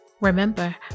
Remember